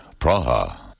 Praha